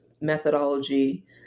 methodology